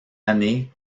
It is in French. années